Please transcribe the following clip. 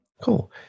Cool